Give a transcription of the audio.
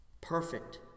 perfect